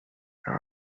there